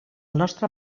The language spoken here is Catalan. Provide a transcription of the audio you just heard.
nostre